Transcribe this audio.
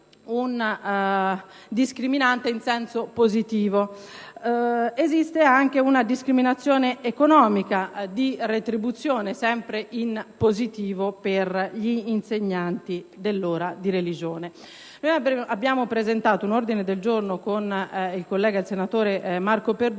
una discriminante in senso positivo. Esiste anche una discriminazione economica di retribuzione, sempre in positivo, per gli insegnanti dell'ora di religione. Ho presentato l'ordine del giorno G101, con il collega senatore Marco Perduca,